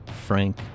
Frank